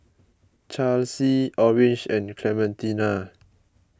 Charlsie Orange and Clementina